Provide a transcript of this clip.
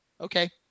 Okay